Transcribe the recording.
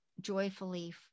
joyfully